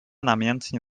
namiętnie